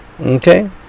Okay